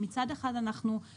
כי מצד אחד אנחנו,